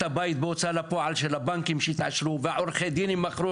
הבית בהוצאה לפועל של הבנקים שהתעשרו ועורכי הדין מכרו,